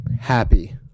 happy